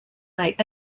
night